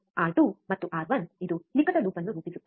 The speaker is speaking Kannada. ಆರ್2 ಮತ್ತು ಆರ್1 ಇದು ನಿಕಟ ಲೂಪ್ ಅನ್ನು ರೂಪಿಸುತ್ತದೆ